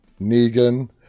negan